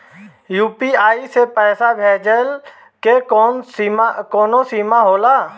UPI से पईसा भेजल के कौनो सीमा होला?